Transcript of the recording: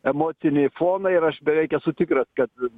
emocinį foną ir aš beveik esu tikras kad